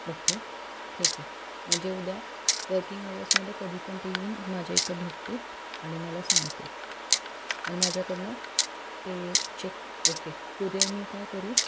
okay ठीक आहे म्हणजे उद्या वर्किंग अवर्समध्ये कधी पण ते येऊन माझ्या इथं भेटतील आणि मला सांगतील आणि माझ्याकडनं ते चेक ओके कुरियर मी काय करू